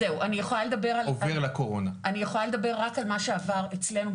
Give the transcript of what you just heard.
אני יכולה לדבר רק על מה שעבר אצלנו,